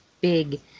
big